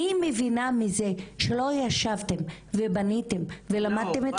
אני מבינה מזה שלא ישבתם ובניתם ולמדתם את